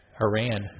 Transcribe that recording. Iran